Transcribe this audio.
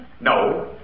No